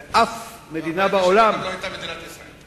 ואף מדינה בעולם, ב-1947 גם לא היתה מדינת ישראל.